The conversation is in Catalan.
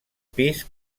pis